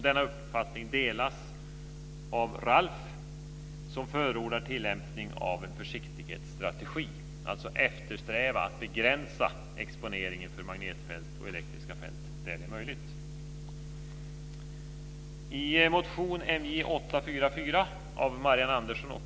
Denna uppfattning delas av RALF, som förordar tillämpning av en försiktighetsstrategi, dvs. att eftersträva att begränsa exponeringen för magnetfält och elektriska fält där det är möjligt.